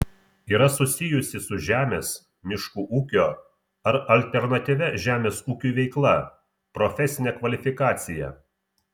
yra susijusi su žemės miškų ūkio ar alternatyvia žemės ūkiui veikla profesinę kvalifikaciją